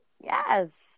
Yes